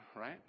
right